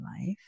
life